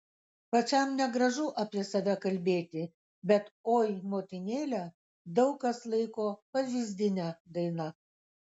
pačiam negražu apie save kalbėti bet oi motinėle daug kas laiko pavyzdine daina